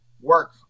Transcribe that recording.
work